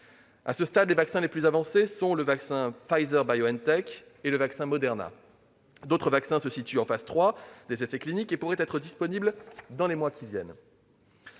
À ce stade, les vaccins les plus avancés sont ceux de Pfizer-BioNTech et de Moderna. D'autres vaccins se situent en phase 3 des essais cliniques et pourraient être disponibles dans les mois qui viennent.